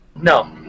No